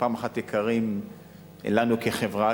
פעם אחת יקרים לנו כחברה,